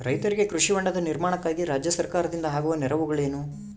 ರೈತರಿಗೆ ಕೃಷಿ ಹೊಂಡದ ನಿರ್ಮಾಣಕ್ಕಾಗಿ ರಾಜ್ಯ ಸರ್ಕಾರದಿಂದ ಆಗುವ ನೆರವುಗಳೇನು?